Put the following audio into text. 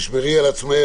תשמרי על עצמך,